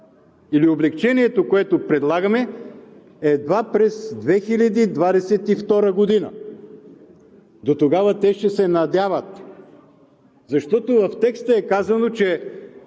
или облекчението, което предлагаме, е едва през 2022 г. Дотогава те ще се надяват, защото в текста е казано, че